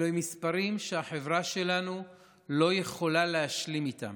אלה מספרים שהחברה שלנו לא יכולה להשלים איתם.